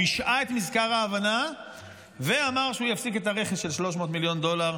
הוא השעה את מזכר ההבנה ואמר שהוא יפסיק את הרכש של 300 מיליון דולר,